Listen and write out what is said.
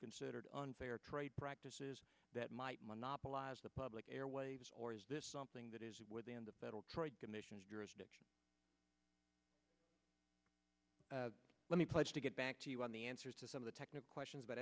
considered unfair trade practices that might monopolize the public airwaves or is this something that is within the federal trade commission let me pledge to get back to you on the answers to some of the technical questions about